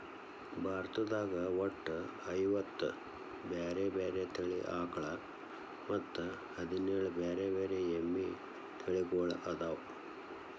ಭಾರತದಾಗ ಒಟ್ಟ ಐವತ್ತ ಬ್ಯಾರೆ ಬ್ಯಾರೆ ತಳಿ ಆಕಳ ಮತ್ತ್ ಹದಿನೇಳ್ ಬ್ಯಾರೆ ಬ್ಯಾರೆ ಎಮ್ಮಿ ತಳಿಗೊಳ್ಅದಾವ